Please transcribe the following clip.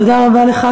תודה רבה לך.